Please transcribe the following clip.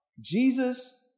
Jesus